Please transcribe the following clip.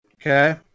Okay